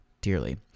dearly